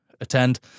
attend